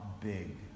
big